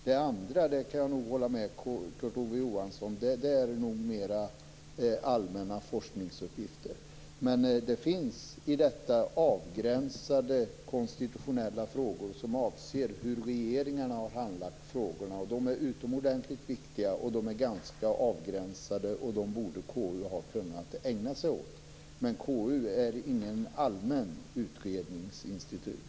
Det andra, och där kan jag nog hålla med Kurt Ove Johansson, är nog mer allmänna forskningsuppgifter. Det finns dock i detta avgränsade konstitutionella frågor som avser hur regeringarna har handlagt frågorna och de är utomordentligt viktiga. De är också ganska avgränsade, och KU borde ha kunnat ägna sig åt dem men KU är inte ett allmänt utredningsinstitut.